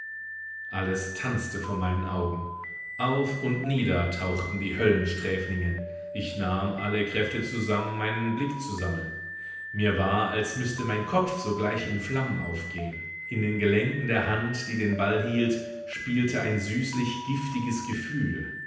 alles tanzte vor meinen augen auf und nieder tauchten die höllensträflinge ich nahm alle kräfte zusammen meinen blick zu sammeln mir war als müßte mein kopf sogleich in flammen aufgehen in den gelenken der hand die den ball hielt spielte ein süßlich giftiges gefühl